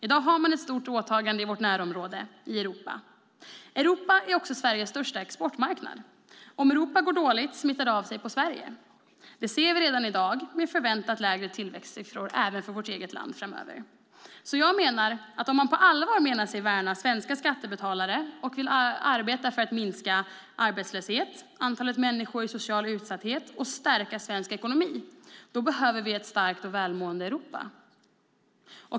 I dag har man ett stort åtagande i vårt närområde i Europa. Europa är också Sveriges största exportmarknad. Om Europa går dåligt smittar det av sig på Sverige. Det ser vi redan i dag med förväntat lägre tillväxtsiffror även för vårt eget land framöver. Om man på allvar menar sig värna svenska skattebetalare och vill arbeta för att minska arbetslöshet och antalet människor i social utsatthet och stärka svensk ekonomi behöver vi ett starkt och välmående Europa.